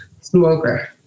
Smoker